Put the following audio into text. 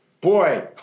boy